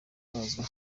atangazwa